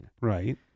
Right